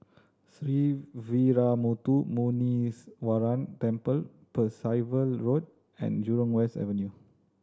Sree Veeramuthu Muneeswaran Temple Percival Road and Jurong West Avenue